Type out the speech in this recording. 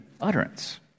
utterance